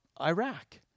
Iraq